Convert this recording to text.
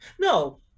No